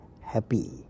happy